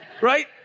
right